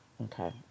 Okay